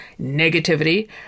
negativity